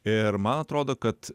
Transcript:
ir man atrodo kad